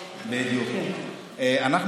היו שרים שגם לקחו שתי מכוניות.